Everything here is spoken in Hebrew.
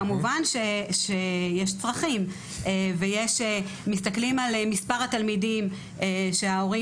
כמובן שיש צרכים ומסתכלים על מספר התלמידים שההורים